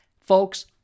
Folks